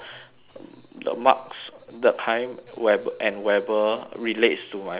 the marx durkheim we~ and weber relates to my personal life